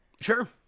Sure